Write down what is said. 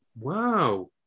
Wow